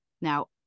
Now